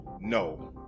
No